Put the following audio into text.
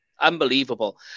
unbelievable